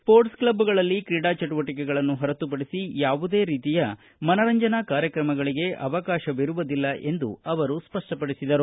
ಸ್ವೋರ್ಟ್ನ ಕ್ಷಬ್ಗಳಲ್ಲಿ ಕ್ರೀಡಾ ಚಬುವಟಿಕೆಗಳನ್ನು ಹೊರತುಪಡಿಸಿ ಯಾವುದೇ ರೀತಿಯ ಮನರಂಜನಾ ಕಾರ್ಯಕ್ರಮಗಳಿಗೆ ಅವಕಾಶವಿರುವುದಿಲ್ಲ ಎಂದು ಅವರು ಸ್ವಷ್ಟಪಡಿಸಿದರು